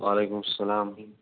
وَعلیکُم سَلام